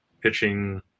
pitching